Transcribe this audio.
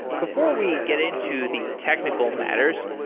before we get into the technical matters,